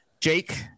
jake